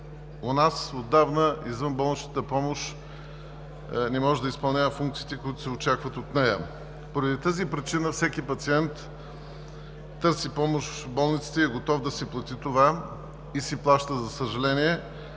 у нас отдавна извънболничната помощ не може да изпълнява функциите, които се очакват от нея. Поради тази причина всеки пациент търси помощ в болниците и е готов да си плати това и, за съжаление,